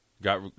Got